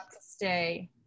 stay